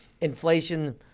inflation